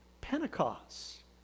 Pentecost